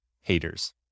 haters